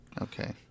Okay